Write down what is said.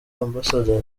amb